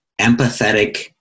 empathetic